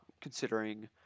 Considering